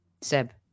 Seb